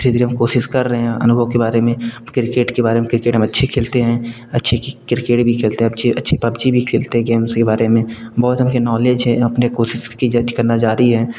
धीरे धीरे हम कोशिश कर रहे हैं अनुभव के बारे में किर्केट के बारे में किर्केट हम अच्छी खेलते हैं अच्छी किर्केट भी खेलते हैं अच्छी अच्छी पबजी भी खेलते हैं गेम्स के बारे में बहुत अपनी नॉलेज है अपनी कोशिश भी करना जारी है